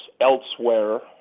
elsewhere